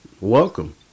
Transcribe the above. Welcome